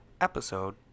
Episode